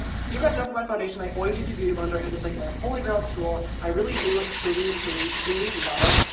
so you guys know for my foundation, i always use a beauty blender, it is like my holy grail tool, i really do ah truly truly truly love it,